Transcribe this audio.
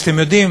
אז אתם יודעים,